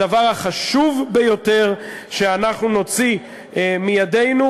הדבר החשוב ביותר שאנחנו נוציא מתחת ידינו,